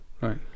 right